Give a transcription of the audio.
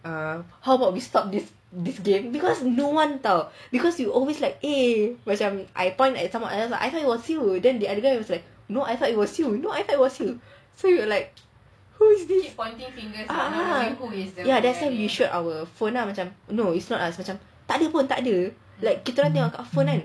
err how about we stop this this game because no one [tau] because we always like eh macam I point like someone else lah it was you then the other guy was no I thought it was you no I thought it was you so we were like who is this ah ah ya that's why we showed our phone lah macam no it's not us tak ada pun tak ada like kita orang tengok kat phone kan